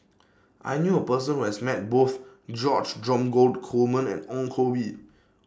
I knew A Person Who has Met Both George Dromgold Coleman and Ong Koh Bee